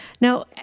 Now